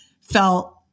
felt